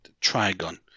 Trigon